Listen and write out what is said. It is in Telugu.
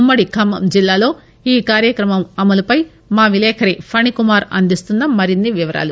ఉమ్మడి ఖమ్మం జిల్లాలో ఈ కార్యక్రమం అమలుపై మా విలేకరి ఫణికుమార్ అందిస్తున్న మరిన్ని వివరాలు